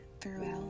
throughout